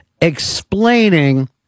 explaining